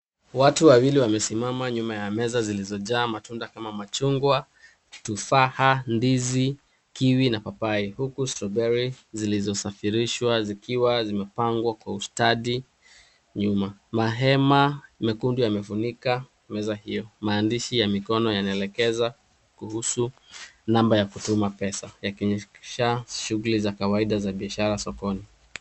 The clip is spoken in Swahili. Watu wawili wamesimama nyuma ya meza zilizyojaa matunda kama machungwa, tufaha, ndizi, kiwi na papai. Huku strawberry zilizosafirishwa zikiwa zimepangwa kwa ustadi nyuma. Mahema mekundu yamefunika meza hiyo. Maandishi ya mikono yanaelekeza kuhusu namba ya kutuma pesa. Ikiakisha shughuli za kawaida za biashara sokoni.